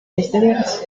posteriores